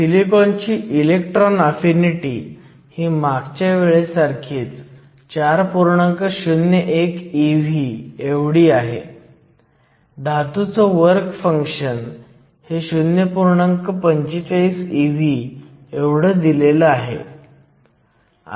मी फक्त उलट लिहीन जेव्हा NA हा ND पेक्षा खूप मोठा असेल तेव्हा तुमच्याकडे Wp हा Wn पेक्षा खूपच लहान असेल आणि डिप्लीशन जवळजवळ संपूर्णपणे n बाजूला असेल